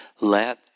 Let